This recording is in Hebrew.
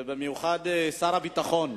ובמיוחד שר הביטחון.